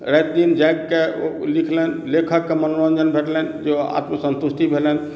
राति दिन जागिकऽ ओ लिखलनि लेखकके मनोरञ्जन भेटलनि जे आत्मसन्तुष्टि भेटलनि